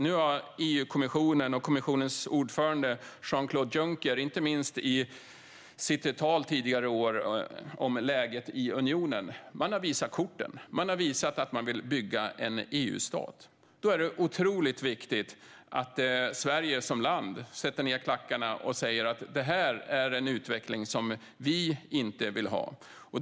Nu har EU-kommissionen och kommissionens ordförande Jean-Claude Juncker visat korten, inte minst i talet tidigare i år om läget i unionen. Man har visat att man vill bygga en EU-stat. Då är det otroligt viktigt att Sverige som land sätter ned klackarna och säger att detta är en utveckling som vi inte vill ha.